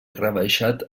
rebaixat